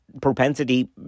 propensity